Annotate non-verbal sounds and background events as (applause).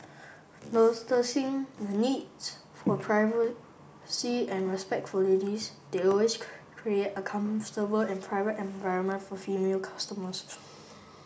(unintelligible) the needs for privacy and respect for ladies they always create a comfortable and private environment for female customers (noise)